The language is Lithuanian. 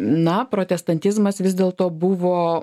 na protestantizmas vis dėlto buvo